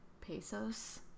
pesos